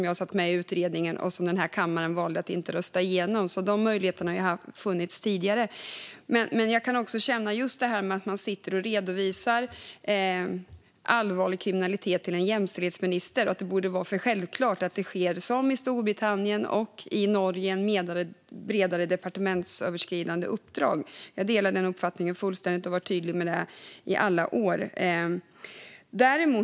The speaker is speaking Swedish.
Jag satt med i den utredningen, men denna kammare valde att inte rösta igenom förslaget. De möjligheterna har alltså funnits tidigare. När det gäller frågan om att allvarlig kriminalitet redovisas för en jämställdhetsminister kan jag också känna att det borde vara självklart att det, som i Storbritannien och Norge, handlar om ett bredare, departementsöverskridande uppdrag. Jag delar den uppfattningen fullständigt och har varit tydlig med detta i alla år.